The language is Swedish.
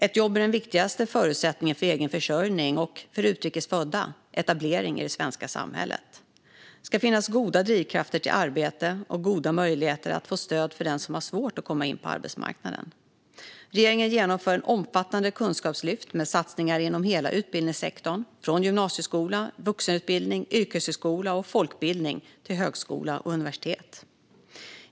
Ett jobb är den viktigaste förutsättningen för egen försörjning och, för utrikes födda, etablering i det svenska samhället. Det ska finnas goda drivkrafter till arbete och goda möjligheter att få stöd för den som har svårt att komma in på arbetsmarknaden. Regeringen genomför ett omfattande kunskapslyft med satsningar inom hela utbildningssektorn, från gymnasieskola, vuxenutbildning, yrkeshögskola och folkbildning till högskola och universitet.